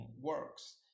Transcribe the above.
works